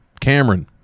Cameron